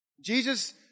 Jesus